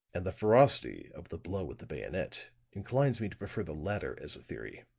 and the ferocity of the blow with the bayonet inclines me to prefer the latter as a theory.